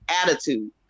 attitude